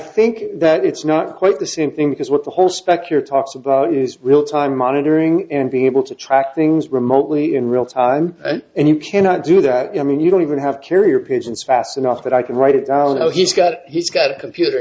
think that it's not quite the same thing because what the whole specular talks about is real time monitoring and being able to track things remotely in real time and you cannot do that i mean you don't even have carrier pigeons fast enough that i can write it down oh he's got he's got a computer